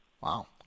Wow